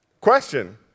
Question